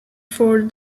for